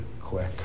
quick